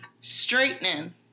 straightening